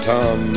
Tom